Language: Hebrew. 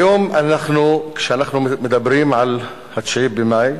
היום, כשאנחנו מדברים על 9 במאי,